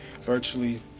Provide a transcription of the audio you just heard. virtually